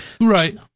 right